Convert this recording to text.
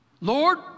Lord